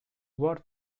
war